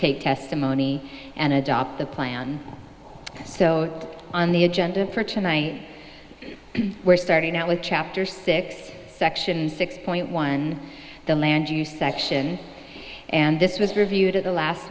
take testimony and adopt the plan so on the agenda for tonight we're starting out with chapter six section six point one the land use section and this was reviewed at the last